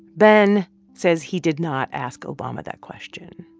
ben says he did not ask obama that question.